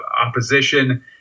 opposition